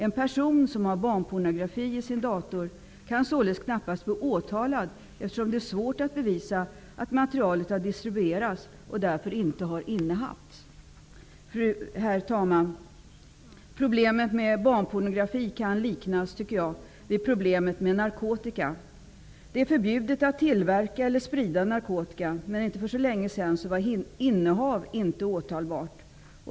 En person som har barnpornografi i sin dator kan således knappast bli åtalad, eftersom det är svårt att bevisa att materialet har distribuerats. Herr talman! Problemet med barnpornografi tycker jag kan liknas vid problemet med narkotika. Det är förbjudet att tillverka eller sprida narkotika, men för inte så länge sedan var innehav inte åtalbart.